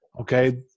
Okay